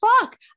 fuck